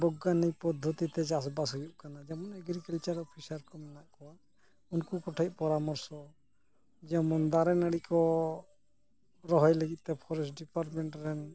ᱵᱚᱭᱜᱟᱱᱤᱠ ᱯᱚᱫᱫᱷᱚᱛᱤᱛᱮ ᱪᱟᱥᱵᱟᱥ ᱦᱩᱭᱩᱭᱜ ᱠᱟᱱᱟ ᱡᱮᱢᱚᱱ ᱮᱜᱨᱤᱠᱟᱞᱪᱟᱨ ᱚᱯᱷᱤᱥᱟᱨ ᱠᱚ ᱢᱮᱱᱟᱜ ᱠᱚᱣᱟ ᱩᱱᱠᱩ ᱠᱚᱴᱷᱮᱱ ᱯᱚᱨᱟᱢᱚᱨᱥᱚ ᱡᱮᱢᱚᱱ ᱫᱟᱨᱮ ᱱᱟᱲᱤ ᱠᱚ ᱨᱚᱦᱚᱭ ᱞᱟᱹᱜᱤᱫ ᱛᱮ ᱯᱷᱚᱨᱮᱥᱴ ᱰᱤᱯᱟᱨᱢᱮᱱᱴ ᱨᱮᱱ